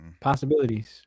possibilities